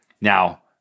Now